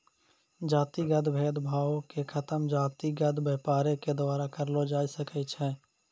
जातिगत भेद भावो के खतम जातिगत व्यापारे के द्वारा करलो जाय सकै छै